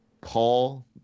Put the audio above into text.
Paul